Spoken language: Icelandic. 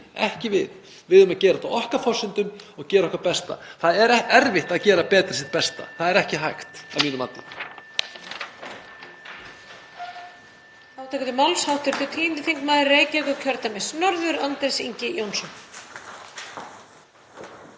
ekki við. Við eigum að gera þetta á okkar forsendum og gera okkar besta. Það er erfitt að gera betur en sitt besta og ekki hægt að mínu mati.